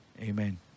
amen